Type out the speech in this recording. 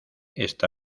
esta